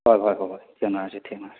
ꯍꯣꯏ ꯍꯣꯏ ꯍꯣꯏ ꯍꯣꯏ ꯊꯦꯡꯅꯔꯁꯤ ꯊꯦꯡꯅꯔꯁꯤ